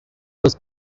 was